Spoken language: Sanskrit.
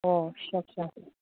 ओ